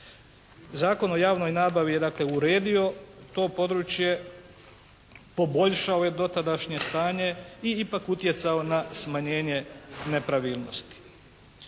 Zakon o javnoj nabavi je dakle uredio to područje, poboljšao je dotadašnje stanje i ipak utjecao na smanjenje nepravilnosti.